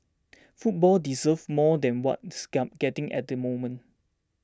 football deserves more than what it's getting at the moment